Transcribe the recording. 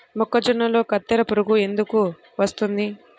మొక్కజొన్నలో కత్తెర పురుగు ఎందుకు వస్తుంది?